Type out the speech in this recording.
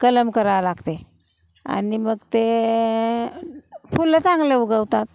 त्याला कलम करावं लागते आणि मग ते फुलं चांगले उगवतात